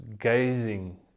gazing